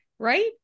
right